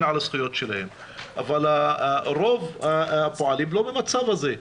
על הזכויות שלהם אבל רוב הפועלים לא במצב הזה.